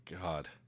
God